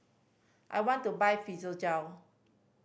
I want to buy Fibogel